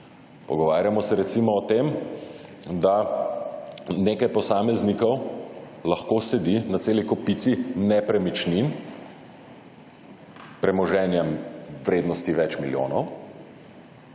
Pogovarjamo se recimo o tem, da nekaj posameznikov lahko sedi na celi kopici nepremičnin, premoženjem vrednosti več milijonov,